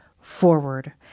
forward